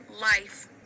life